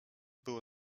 było